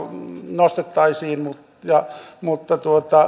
nostettaisiin mutta